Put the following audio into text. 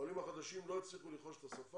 העולים החדשים לא הצליחו לרכוש את השפה